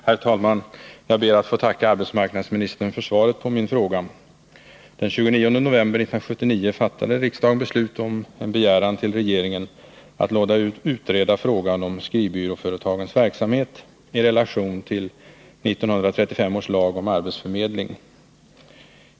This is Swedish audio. Herr talman! Jag ber att få tacka arbetsmarknadsministern för svaret på min fråga. Den 29 november 1979 beslöt riksdagen att hos regeringen begära att man skulle låta utreda frågan om skrivbyråföretagens verksamhet i relation till 1935 års lag om arbetsförmedling.